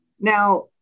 Now